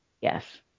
Yes